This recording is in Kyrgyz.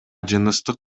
жыныстык